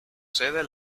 sede